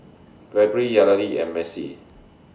Gregory Yareli and Macie